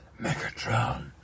Megatron